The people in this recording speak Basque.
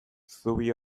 zubi